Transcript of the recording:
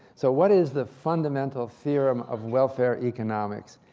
so what is the fundamental theorem of welfare economics?